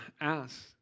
ask